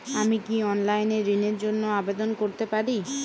আমি কি অনলাইন এ ঋণ র জন্য আবেদন করতে পারি?